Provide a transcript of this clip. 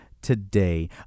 today